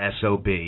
SOB